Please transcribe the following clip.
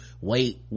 wait